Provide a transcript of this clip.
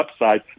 upside